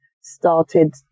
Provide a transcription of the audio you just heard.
started